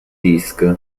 disk